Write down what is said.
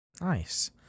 Nice